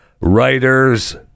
writers